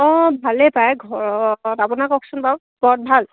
অঁ ভালেই পায় ঘৰত আপোনাৰ কওকচোন বাৰু ঘৰত ভাল